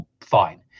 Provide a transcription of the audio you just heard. fine